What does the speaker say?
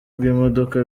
bw’imodoka